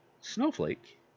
snowflake